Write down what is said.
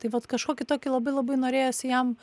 tai vat kažkokį tokį labai labai norėjosi jam